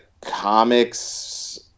comics